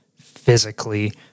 physically